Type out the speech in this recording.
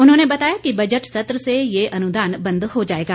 उन्होंने बताया कि बजट सत्र से ये अनुदान बन्द हो जाएगा